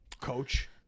coach